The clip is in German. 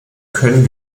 können